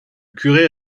curé